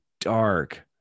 dark